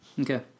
Okay